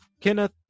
Kenneth